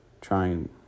trying